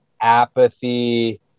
apathy